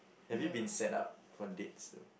have you been set up for dates